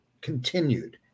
continued